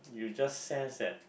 you just sense that